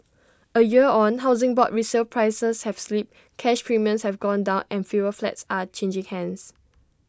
A year on Housing Board resale prices have slipped cash premiums have gone down and fewer flats are changing hands